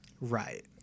Right